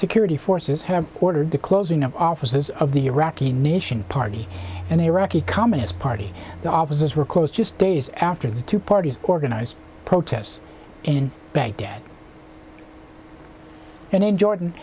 security forces have ordered the closing of offices of the iraqi nation party and the iraqi communist party the offices were closed just days after the two parties organized protests in baghdad and in jordan